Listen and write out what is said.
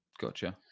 Gotcha